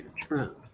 Trump